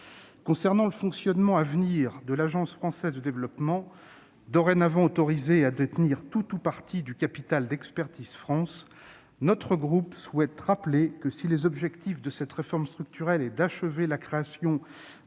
concerne le fonctionnement à venir de l'Agence française de développement, dorénavant autorisée à détenir tout ou partie du capital d'Expertise France, notre groupe souhaite rappeler que, si les objectifs de cette réforme structurelle sont d'achever la création